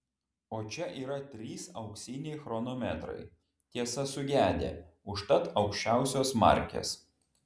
o čia yra trys auksiniai chronometrai tiesa sugedę užtat aukščiausios markės